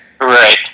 right